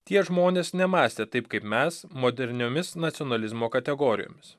tie žmonės nemąstė taip kaip mes moderniomis nacionalizmo kategorijomis